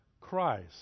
Christ